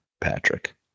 Patrick